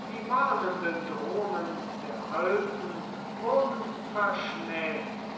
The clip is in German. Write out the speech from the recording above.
die warnenden drohungen der alten wurden verschmäht